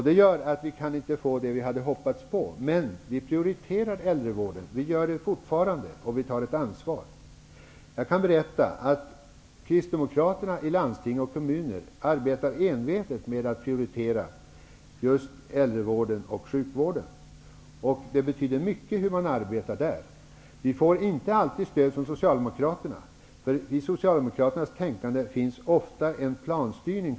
Det gör att vi i kds inte kan få det vi i valrörelsen hade hoppats på, men vi prioriterar fortfarande äldrevården, och vi tar ett ansvar. Jag kan berätta att Kristdemokraterna i landsting och kommuner arbetar envetet med att prioritera just äldrevården och sjukvården. Det betyder mycket hur man arbetar ute i kommuner och landsting. Vi får inte alltid stöd från Socialdemokraternas tänkande ofta finns kvar en planstyrning.